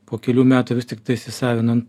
po kelių metų vis tiktai įsisavinant